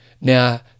Now